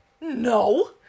No